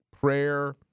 prayer